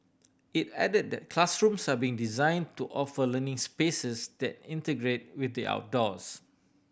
it added that classrooms are being design to offer learning spaces that integrate with the outdoors